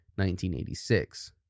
1986